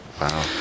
Wow